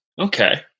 Okay